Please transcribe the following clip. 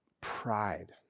pride